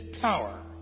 power